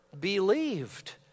believed